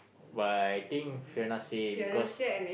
but I think Fiona say because